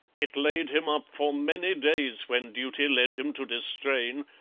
it laid him up for many days, when duty led him to distrain,